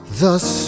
thus